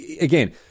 again